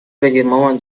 بگیرمامان